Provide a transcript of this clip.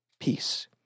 peace